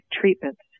treatments